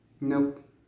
Nope